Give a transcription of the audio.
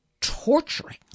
torturing